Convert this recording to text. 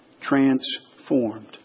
transformed